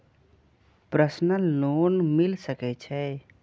Personal loan मिल सके छे?